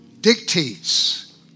dictates